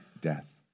death